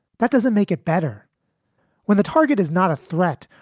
that doesn't make it better when the target is not a threat.